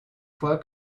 fois